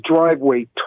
driveway